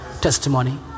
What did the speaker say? Testimony